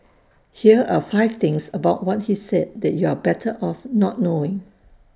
here are five things about what he said that you're better off not knowing